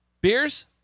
beers